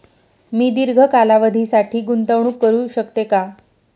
मी दीर्घ कालावधीसाठी गुंतवणूक करू शकते का?